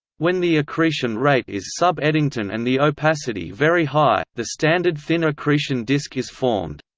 when the accretion rate is sub-eddington and the opacity very high, the standard thin accretion disk is formed.